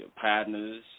partners